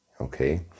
Okay